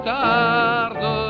tarde